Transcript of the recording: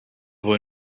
wohl